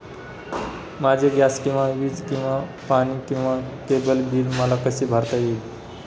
माझे गॅस किंवा वीज किंवा पाणी किंवा केबल बिल मला कसे भरता येईल?